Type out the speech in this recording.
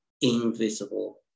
invisible